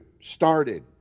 started